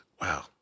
Wow